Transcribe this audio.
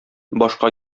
башка